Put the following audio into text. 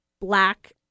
black